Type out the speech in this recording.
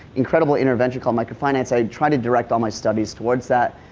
incredible invention called microfinance, i tried to direct all my studies towards that.